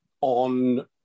on